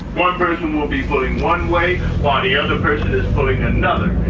one person will be pulling one way while the other person is pulling another.